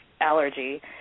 allergy